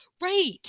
Right